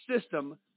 system